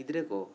ᱜᱤᱫᱽᱨᱟᱹ ᱠᱚ